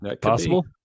Possible